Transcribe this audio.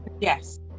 Yes